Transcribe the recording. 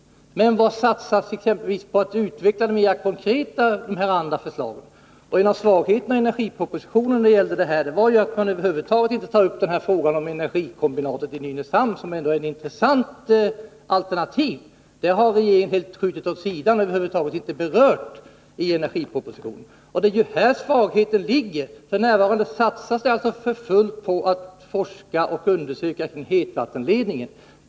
Men vad satsas på att mera konkret utveckla de andra förslagen? En av svagheterna i energipropositionen är att den över huvud taget inte tar upp frågan om energikombinatet i Nynäshamn, som ändå är ett intressant alternativ. Det har regeringen helt skjutit åt sidan och inte alls berört i energipropositionen. Det är ju här svagheten ligger. Man satsar alltså för fullt på att forska och undersöka kring hetvattenledningen.